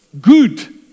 good